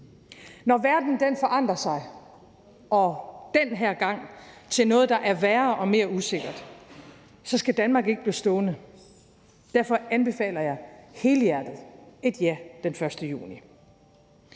Når verden forandrer sig, og den her gang til noget, der er værre og mere usikkert, så skal Danmark ikke blive stående. Derfor anbefaler jeg helhjertet et ja den 1. juni.